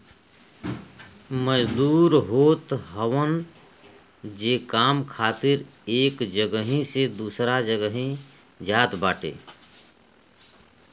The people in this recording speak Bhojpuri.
मजदूर होत हवन जे काम खातिर एक जगही से दूसरा जगही जात बाटे